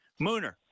Mooner